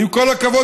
עם כל הכבוד,